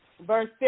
verse